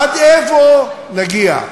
עד איפה נגיע?